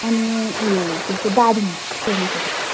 अनि उयो के भन्छ दारिम